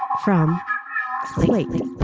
from lately.